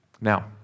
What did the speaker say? Now